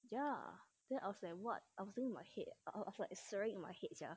ya then I was like what I was thinking in my head I I like swearing in my head sia